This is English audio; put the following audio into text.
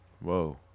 Whoa